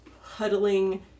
huddling